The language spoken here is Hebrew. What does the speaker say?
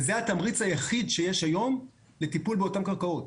זה התמריץ היחיד שיש היום לטיפול באותן קרקעות.